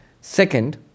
Second